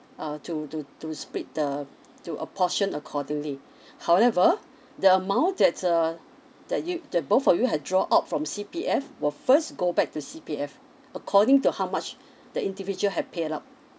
uh to to to split the to apportion accordingly however the amount that uh that you the both of you have draw out from C_P_F will first go back to C_P_F according to how much the individual had paid up